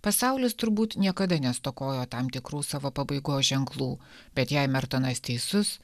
pasaulis turbūt niekada nestokojo tam tikrų savo pabaigos ženklų bet jei mertonas teisus